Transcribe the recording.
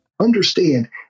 understand